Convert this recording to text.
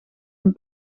een